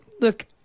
look